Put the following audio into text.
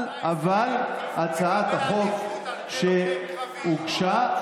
אבל הצעת החוק שהוגשה,